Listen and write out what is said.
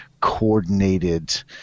coordinated